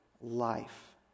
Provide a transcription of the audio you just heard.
life